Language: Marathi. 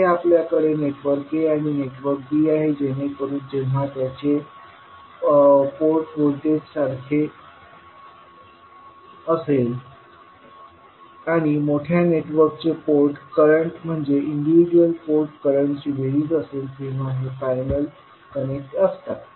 येथे आपल्याकडे नेटवर्क a आणि नेटवर्क b आहे जेणेकरून जेव्हा त्यांचे पोर्ट व्होल्टेज सारखे असेल आणि मोठ्या नेटवर्कचे पोर्ट करंट म्हणजे इन्डिविजुअल पोर्ट करंटची बेरीज असेल तेव्हा हे पॅरलल कनेक्ट असतात